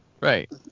Right